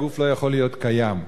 הגוף לא יכול להיות קיים.